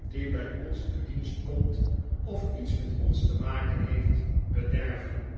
die bij ons in dienst komt of iets met ons te maken heeft bederven